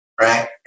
right